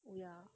oh ya